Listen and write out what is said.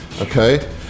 Okay